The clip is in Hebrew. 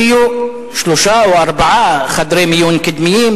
שיהיו שלושה או ארבעה חדרי מיון קדמיים,